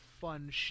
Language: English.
fun